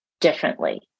differently